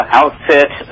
outfit